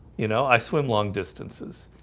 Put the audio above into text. you know i swim long distances.